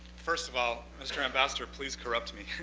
first of all, mr. ambassador, please corrupt me.